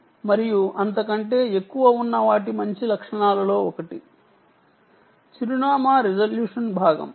2 మరియు అంతకంటే ఎక్కువ ఉన్న వాటి మంచి లక్షణాలలో ఒకటి అడ్రస్ రిజల్యూషన్ భాగం